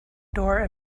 door